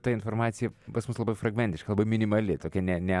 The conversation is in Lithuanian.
ta informacija pas mus labai fragmentiška labai minimali tokia ne ne